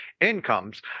incomes